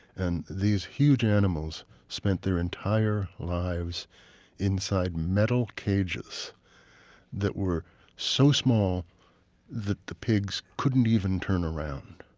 and these huge animals spent their entire lives inside metal cages that were so small the the pigs couldn't even turn around.